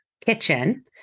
kitchen